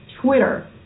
Twitter